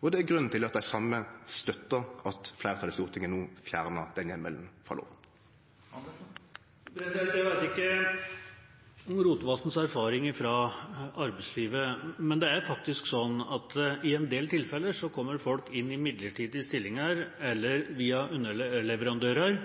og det er grunnen til at dei same støttar at fleirtalet i Stortinget no fjernar den heimelen frå loven. Jeg vet ikke noe om representanten Rotevatns erfaring fra arbeidslivet, men det er faktisk sånn at i en del tilfeller kommer det folk inn i midlertidige stillinger eller via underleverandører